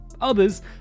Others